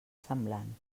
semblant